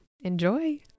Enjoy